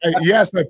yes